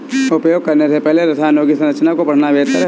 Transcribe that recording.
उपयोग करने से पहले रसायनों की संरचना को पढ़ना बेहतर है